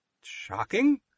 shocking